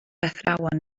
athrawon